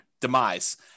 demise